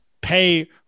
pay